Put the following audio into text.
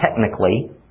technically